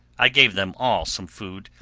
i gave them all some food,